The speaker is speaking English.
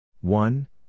One